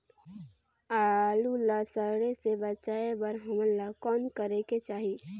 आलू ला सड़े से बचाये बर हमन ला कौन करेके चाही?